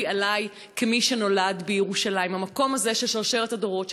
עלי כמי שנולד בירושלים"; המקום הזה של שרשרת הדורות,